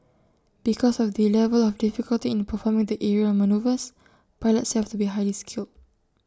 because of the level of difficulty in performing the aerial manoeuvres pilots have to be highly skilled